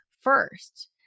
first